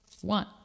One